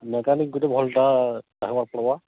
mechanic ଗୋଟେ ଭଲ୍ଟା ହବା ପଡ଼୍ବା